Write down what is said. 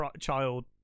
child